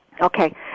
Okay